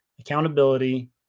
accountability